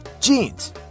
jeans